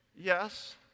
Yes